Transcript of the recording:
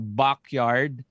backyard